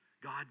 God